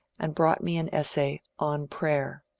and brought me an essay on prayer.